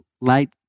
light